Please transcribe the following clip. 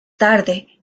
tarde